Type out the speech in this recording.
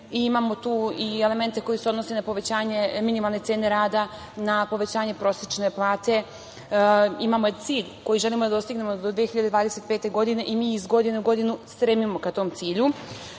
Imamo tu i elemente koji se odnose na povećanje minimalne cene rada, na povećanje prosečne plate, imamo cilj koji želimo da dostignemo do 2025. godine i mi iz godine u godinu stremimo ka tom cilju,